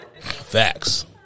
Facts